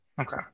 Okay